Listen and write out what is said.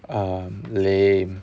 um lame